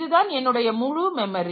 இதுதான் என்னுடைய முழு மெமரி